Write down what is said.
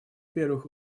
первых